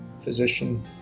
physician